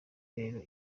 rero